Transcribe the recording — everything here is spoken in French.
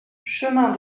chemin